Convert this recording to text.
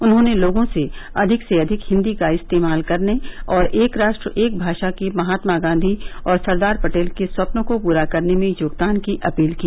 उन्होंने लोगों से अधिक से अधिक हिन्दी का इस्तेमाल करने और एक राष्ट्र एक भाषा के महात्मा गांधी और सरदार पटेल के स्वप्न को पूरा करने में योगदान की अपील की